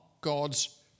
God's